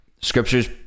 scriptures